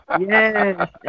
Yes